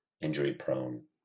injury-prone